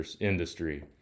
industry